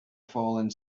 falling